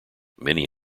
many